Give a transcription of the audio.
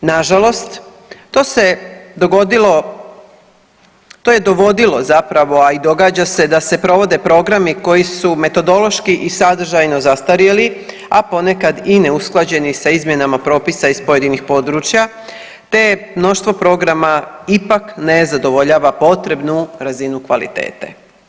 Nažalost, to se dogodilo, to je dovodilo zapravo, a i događa se da se provode programi koji su metodološki i sadržajno zastarjeli, a ponekad i neusklađeni sa izmjenama propisa iz pojedinih područja te je mnoštvo programa ipak ne zadovoljava potrebnu razinu kvalitete.